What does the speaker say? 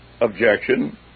objection